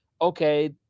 okay